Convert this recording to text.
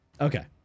Okay